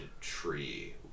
tree